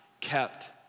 kept